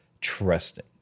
trusting